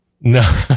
No